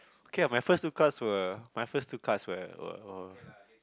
okay lah my first two class were my first two class were uh